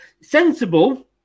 Sensible